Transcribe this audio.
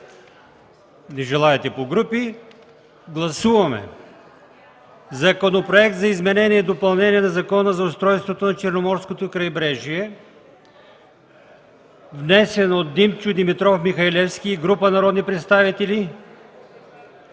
е приет. Гласуваме Законопроект за изменение и допълнение на Закона за устройството на Черноморското крайбрежие, внесен от Димчо Димитров Михалевски и група народни представители.